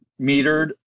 metered